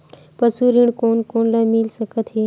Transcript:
पशु ऋण कोन कोन ल मिल सकथे?